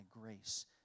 grace